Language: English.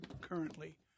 currently